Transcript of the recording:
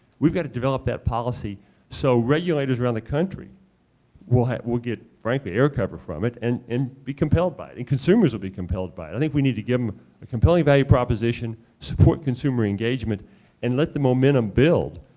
we've got to develop that policy so regulators around the country will get frankly air cover from it and and be compelled by it, and consumers will be compelled by it. i think we need to give them a compelling value proposition, support consumer engagement and let the momentum build.